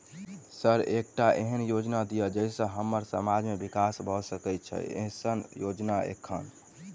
Sir एकटा एहन योजना दिय जै सऽ हम्मर समाज मे विकास भऽ सकै छैय एईसन योजना एखन?